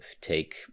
take